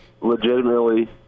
legitimately